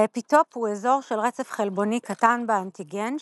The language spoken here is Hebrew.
האפיטופ הוא אזור של רצף חלבוני קטן באנטיגן,